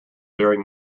during